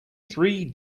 three